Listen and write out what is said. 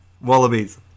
wallabies